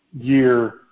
year